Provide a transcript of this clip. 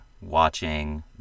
watching